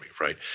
right